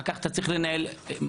אחר כך אתה צריך לנהל מעצר,